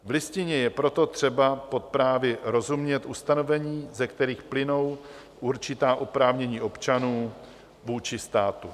V Listině je proto třeba pod právy rozumět ustanovení, ze kterých plynou určitá oprávnění občanů vůči státu.